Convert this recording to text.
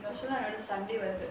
வருஷம்:varusham sunday வருது:varuthu